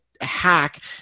Hack